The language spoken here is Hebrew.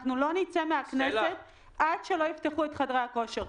לא נצא מהכנסת עד שלא יפתחו את חדרי הכושר.